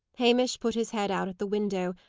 hamish put his head out at the window,